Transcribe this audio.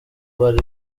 bari